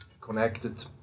connected